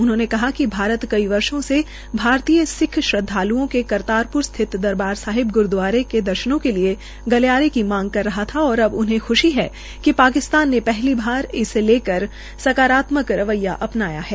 उनहोंने कहा कि भारत कई वर्षो से भारतीय सिख श्रद्वाल्ओं के करतारप्र स्थित दरबार साहिब ग्रूदवारे के दर्शनों की मांग कर रहा था और उन्हें ख्शी है कि पाकिस्तान ने पहली बार इसको लेकर सकारात्मक रवैया अपनाया है